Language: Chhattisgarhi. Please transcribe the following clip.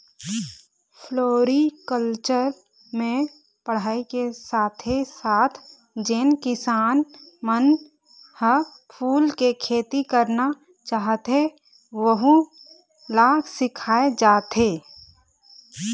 फ्लोरिकलचर म पढ़ाई के साथे साथ जेन किसान मन ह फूल के खेती करना चाहथे वहूँ ल सिखाए जाथे